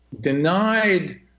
Denied